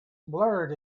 blurred